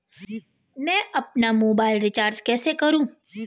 मैं अपना mobile recharge कैसे करूँ?